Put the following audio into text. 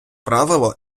правило